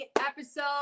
episode